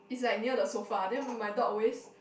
is like near the sofa then my dog always